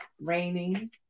raining